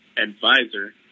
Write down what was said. advisor